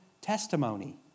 testimony